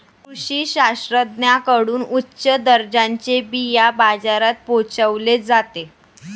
कृषी शास्त्रज्ञांकडून उच्च दर्जाचे बिया बाजारात पोहोचवले जाते